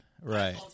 Right